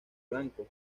blanco